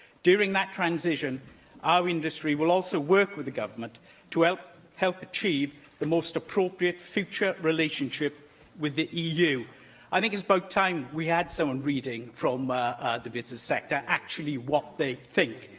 during that transition our industry will also work with the government to help help achieve the most appropriate future relationship with the eu i think it's about time we had someone reading from ah the business sector what they think,